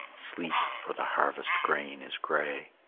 sleep, for the harvest grain is gray.